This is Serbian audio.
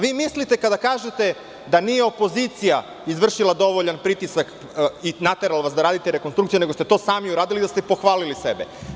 Vi mislite kada kažete da nije opozicija izvršila dovoljan pritisak i naterala vas da radite rekonstrukciju, nego ste to sami uradili, da ste pohvalili sebe.